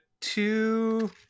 two